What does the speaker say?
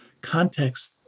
context